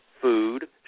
food